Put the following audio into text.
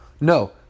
No